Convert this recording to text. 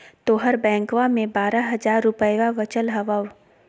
तोहर बैंकवा मे बारह हज़ार रूपयवा वचल हवब